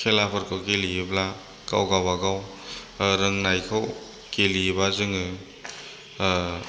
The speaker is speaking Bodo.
खेलाफोरखौ गेलेयोब्ला गाव गावबागाव रोंनायखौ गेलेयोबा जोङो